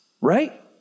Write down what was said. right